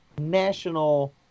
national